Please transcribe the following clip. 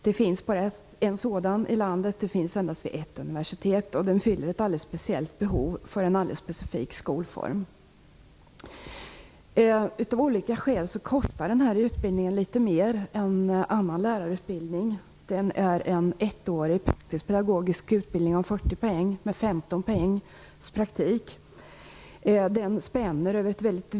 Det finns bara en sådan i landet och bara vid ett universitet. Den fyller ett alldeles speciellt behov för en alldeles specifik skolform. Av olika skäl kostar den här utbildningen litet mer än annan lärarutbildning. Utbildningen är en ettårig praktisk-pedagogisk utbildning om 40 poäng med 15 poäng för praktik. Utbildningen spänner över ett vitt område.